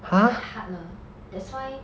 太 hard 了 that's why